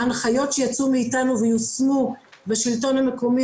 ההנחיות שיצאו מאיתנו ויושמו בשלטון המקומי